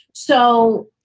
so.